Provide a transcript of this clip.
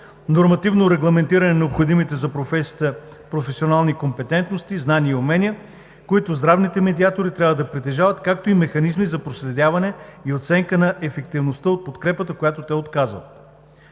нормативно регламентиране на необходимите за професията професионални компетентности, знания и умения, които здравните медиатори трябва да притежават, както и механизми за проследяване и оценка на ефективността от подкрепата, която те оказват.